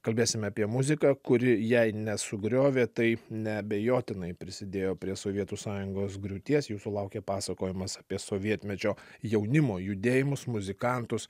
kalbėsime apie muziką kuri jei ne sugriovė tai neabejotinai prisidėjo prie sovietų sąjungos griūties jūsų laukia pasakojimas apie sovietmečio jaunimo judėjimus muzikantus